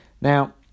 Now